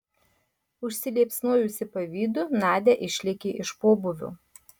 užsiliepsnojusi pavydu nadia išlėkė iš pobūvio